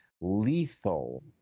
lethal